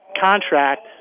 contract